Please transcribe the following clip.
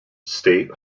state